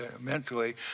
mentally